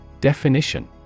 Definition